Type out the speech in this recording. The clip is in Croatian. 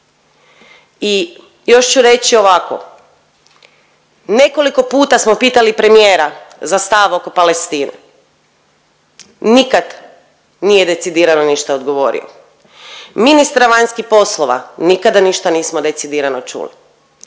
I još ću reći ovako. Nekoliko puta smo pitali premijera za stav oko Palestine, nikad nije decidirano ništa odgovorio. Ministra vanjskih poslova, nikada ništa nismo decidirano čuli,